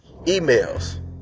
emails